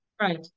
right